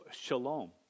shalom